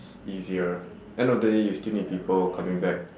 easier end of the day you still need people coming back